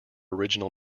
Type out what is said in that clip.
original